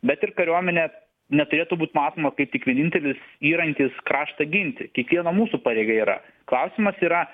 bet ir kariuomenė neturėtų būt matoma kaip tik vienintelis įrankis kraštą ginti kiekvieno mūsų pareiga yra klausimas yra